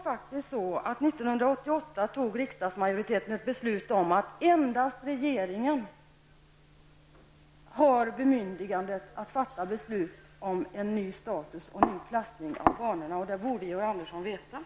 1988 fattade riksdagsmajoriteten faktiskt ett beslut om att endast regeringen har bemyndigande att fatta beslut om en ny status och en ny klassning av banorna. Det borde Georg